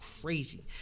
crazy